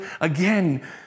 again